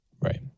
Right